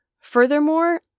Furthermore